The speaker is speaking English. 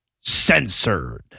Censored